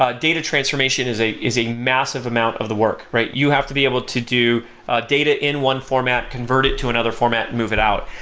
ah data transformation is a is a massive amount of the work, right? you have to be able to do ah data in one format, convert it to another format and move it out.